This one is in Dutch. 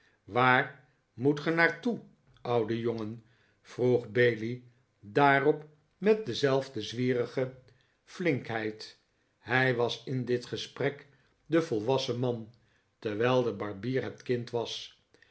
waar moet ge naar toe oude jongen vroeg bailey daaropmet dezelfde zwierige flinkheid hij was in dit gesprek de volwassen man terwijl de barbier het kind was